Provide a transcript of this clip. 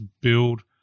build